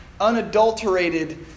unadulterated